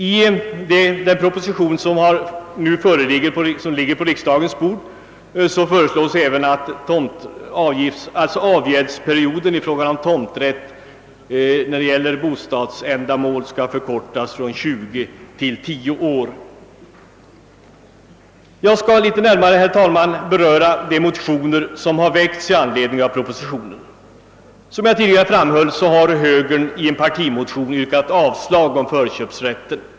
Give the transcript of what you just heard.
I den proposition som nu ligger på riksdagens bord föreslås även att avgäldsperioden i fråga om tomträtt för bostäder skall förkortas från 20 till 10 år. Jag skall litet närmare, herr talman, beröra de motioner som väckts med anledning av propositionen. Som jag tidigare framhöll har högern i en partimotion yrkat avslag på förslaget om förköpsrätt.